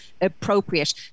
appropriate